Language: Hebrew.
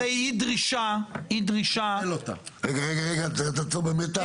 הרי היא דרישה --- רגע, תעצור במתח.